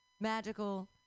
magical